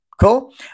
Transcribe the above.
Cool